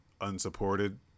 unsupported